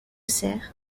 serre